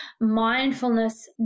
mindfulness